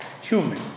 human